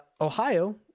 Ohio